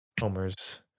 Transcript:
Homer's